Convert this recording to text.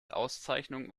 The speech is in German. auszeichnung